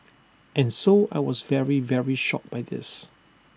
and so I was very very shocked by this